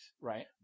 right